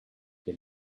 they